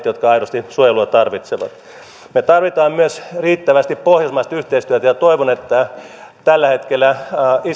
jotka aidosti suojelua tarvitsevat me tarvitsemme myös riittävästi pohjoismaista yhteistyötä ja toivon että tällä hetkellä